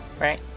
Right